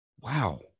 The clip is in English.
Wow